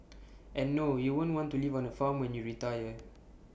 and no you won't want to live on the farm when you retire